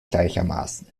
gleichermaßen